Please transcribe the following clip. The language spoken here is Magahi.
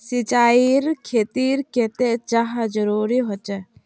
सिंचाईर खेतिर केते चाँह जरुरी होचे?